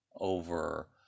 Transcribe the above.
over